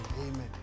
Amen